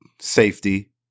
safety